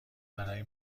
برای